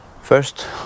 First